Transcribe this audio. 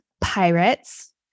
pirates